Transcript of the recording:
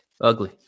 ugly